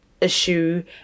issue